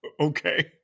okay